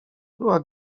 była